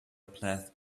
plath